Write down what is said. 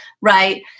right